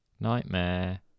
Nightmare